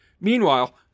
Meanwhile